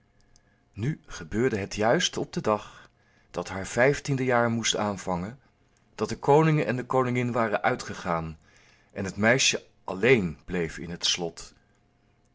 nu gebeurde het juist op den dag dat haar vijftiende jaar moest aanvangen dat de koning en de koningin waren uitgegaan en het meisje alléén bleef in het slot